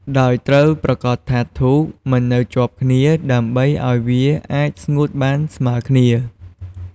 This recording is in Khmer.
ដោយត្រូវប្រាកដថាធូបមិននៅជាប់គ្នា ដើម្បីឱ្យវាអាចស្ងួតបានស្មើគ្នា។